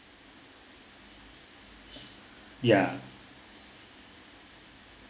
ya